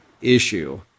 issue